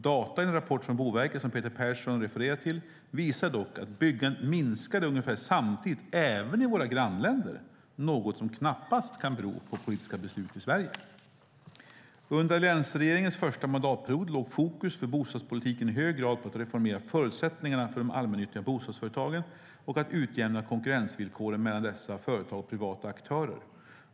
Data i den rapport från Boverket som Peter Persson refererar till visar dock att byggandet minskade ungefär samtidigt även i våra grannländer, något som knappast kan bero på politiska beslut i Sverige. Under alliansregeringens första mandatperiod låg fokus för bostadspolitiken i hög grad på att reformera förutsättningarna för de allmännyttiga bostadsföretagen och att utjämna konkurrensvillkoren mellan dessa företag och privata aktörer.